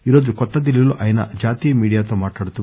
ఈరోజు కొత్త ఢిల్లీలో ఆయన జాతీయ మీడియాతో మాట్లాడుతూ